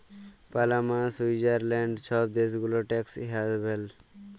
Panama, Switzerland ছব দ্যাশ গুলা ট্যাক্স হ্যাভেল